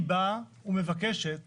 היא באה ומבקשת